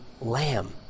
lamb